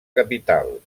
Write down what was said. capital